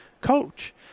coach